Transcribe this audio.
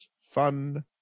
fun